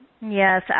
Yes